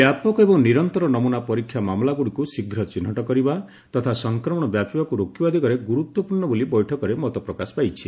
ବ୍ୟାପକ ଏବଂ ନିରନ୍ତର ନମୁନା ପରୀକ୍ଷା ମାମଲାଗୁଡ଼ିକୁ ଶୀଘ୍ର ଚିହ୍ନଟ କରିବା ତଥା ସଂକ୍ରମଣ ବ୍ୟାପିବାକୁ ରୋକିବା ଦିଗରେ ଗୁରୁତ୍ୱପୂର୍ଣ୍ଣ ବୋଲି ବୈଠକରେ ମତ ପ୍ରକାଶ ପାଇଛି